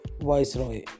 Viceroy